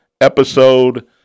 episode